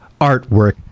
artwork